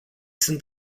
sunt